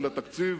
אלא תקציב,